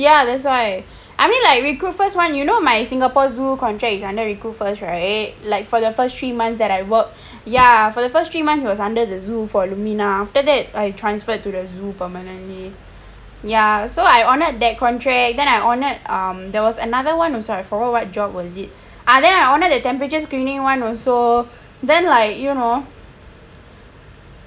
ya that's why I mean like recruit first [one] you know may singapore zoo contract is under recruit first right like for the first three months that I work ya for the first three months it was under the zoo for illumina after that I transferred to the zoo permanently ya so I honoured that countract then I honoured um there was another one also sorry I forgot what job was is it ah then I honoured the temperature screening [one] also then like you know